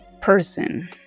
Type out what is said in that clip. person